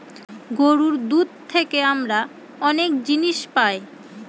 গরুর দুধ থেকে আমরা অনেক জিনিস পায়